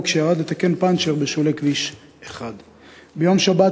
כשירד לתקן פנצ'ר בשולי כביש 1. ביום שבת,